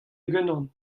unan